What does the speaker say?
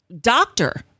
doctor